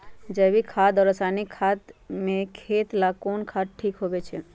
जैविक खाद और रासायनिक खाद में खेत ला कौन खाद ठीक होवैछे?